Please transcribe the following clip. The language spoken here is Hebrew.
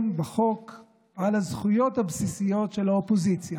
בחוק על הזכויות הבסיסיות של האופוזיציה.